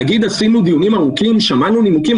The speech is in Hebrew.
להגיד שעשיתם דיונים ארוכים ושמעתם נימוקים?